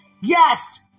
Yes